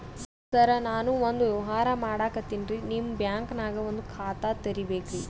ಸರ ನಾನು ಒಂದು ವ್ಯವಹಾರ ಮಾಡಕತಿನ್ರಿ, ನಿಮ್ ಬ್ಯಾಂಕನಗ ಒಂದು ಖಾತ ತೆರಿಬೇಕ್ರಿ?